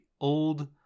Old